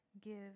give